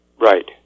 Right